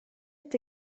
est